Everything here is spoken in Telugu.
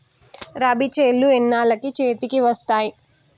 రబీ చేలు ఎన్నాళ్ళకు చేతికి వస్తాయి?